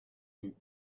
you